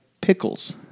pickles